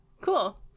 cool